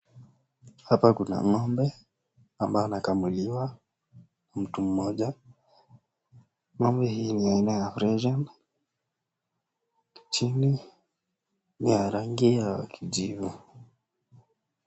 Hapa kuna ng'ombe ambao anakamuliwa na mtu mmoja. Ng'ombe hii ni aina ya freshian chini ni ya rangi ya kijivu.